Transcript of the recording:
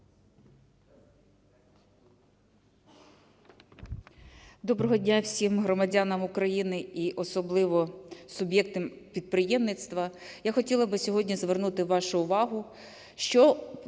Доброго дня всім громадянам України і особливо суб'єктам підприємництва. Я хотіла би сьогодні звернути вашу увагу, що